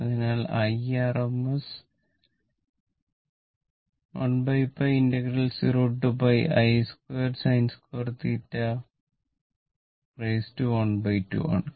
അതിനാൽ Irms 1π 0 Im2sin2θ12 ആണ്